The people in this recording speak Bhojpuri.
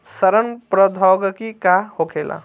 सड़न प्रधौगकी का होखे?